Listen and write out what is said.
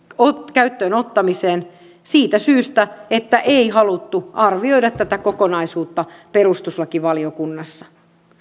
käyttöön ottamiseen siitä syystä että ei haluttu arvioida tätä kokonaisuutta perustuslakivaliokunnassa